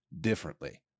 differently